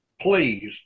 please